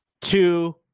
two